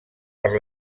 per